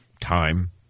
time